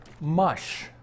mush